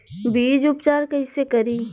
बीज उपचार कईसे करी?